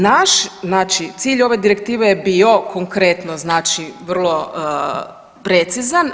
Naš znači cilj ove direktive je bio konkretno znači vrlo precizan.